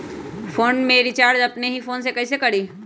Phone में recharge अपने ही फ़ोन से कईसे करी?